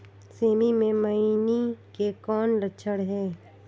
सेमी मे मईनी के कौन लक्षण हे?